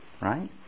Right